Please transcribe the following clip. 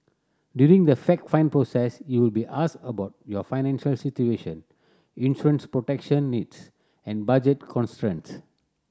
during the fact find process you will be asked about your financial situation insurance protection needs and budget constraints